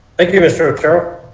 thank you mister mister